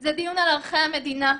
זה דיון על ערכי המדינה,